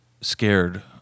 scared